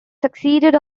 succeeded